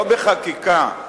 לא בחקיקה.